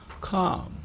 come